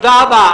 תודה רבה.